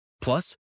Plus